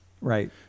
Right